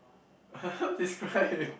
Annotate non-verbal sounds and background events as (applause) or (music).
(laughs) how to describe it